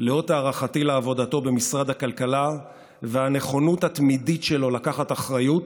לאות הערכתי על עבודתו במשרד הכלכלה והנכונות התמידית שלו לקחת אחריות,